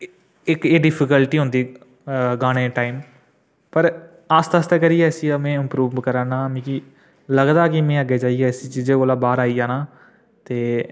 एह् इक एह् डिफिकल्टी होंदी अ गाने दे टाइम पर आस्तै आस्तै करियै इसी में इम्प्रूव करै नां मिगी लगदा कि में अग्गें जाइयै इस चीजै कोला बाह्र आई जाना ते